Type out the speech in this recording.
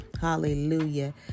Hallelujah